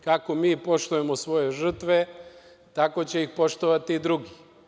Kako mi poštujemo svoje žrtve, tako će ih poštovati i drugi.